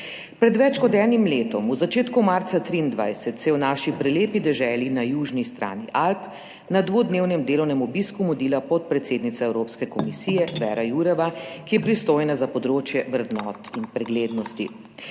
Pred več kot enim letom, v začetku marca 2023, se je v naši prelepi deželi na južni strani Alp na dvodnevnem delovnem obisku mudila podpredsednica Evropske komisije Věra Jourová, ki je pristojna za področje vrednot in preglednosti.